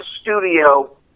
studio